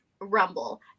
Rumble